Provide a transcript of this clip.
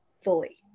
fully